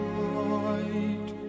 light